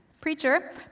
preacher